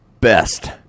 best